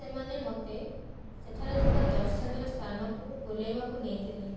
ସେମାନେ ମୋତେ ସେଠାରେ ଥିବା ଦର୍ଶନୀୟ ସ୍ଥାନକୁ ବୁଲେଇବାକୁ ନେଇଥିଲେ